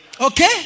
Okay